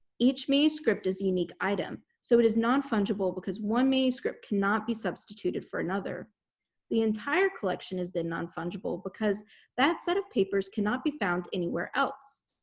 each manuscript is a unique item. so it is non-fungible because one manuscript cannot be substituted for another the entire collection is then non-fungible because that set of papers cannot be found anywhere else.